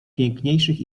piękniejszych